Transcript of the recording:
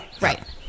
Right